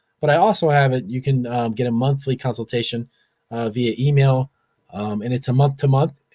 but, i also have it, you can get a monthly consultation via email and it's a month to month.